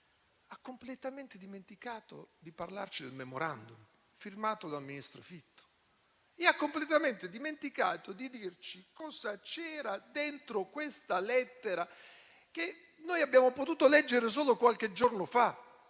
ha completamente dimenticato di parlarci del *memorandum* firmato dal ministro Fitto e ha completamente dimenticato di dirci cosa c'era dentro questa lettera, che noi abbiamo potuto leggere solo qualche giorno fa.